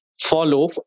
follow